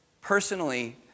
personally